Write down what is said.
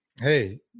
hey